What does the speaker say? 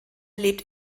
lebt